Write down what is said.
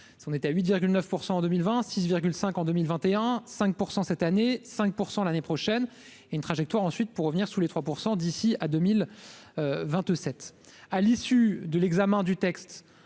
8 virgule 9 % en 2020, 6 5 en 2021 5 % cette année 5 % l'année prochaine et une trajectoire ensuite pour revenir sous les 3 % d'ici à 2027,